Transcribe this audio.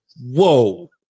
Whoa